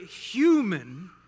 human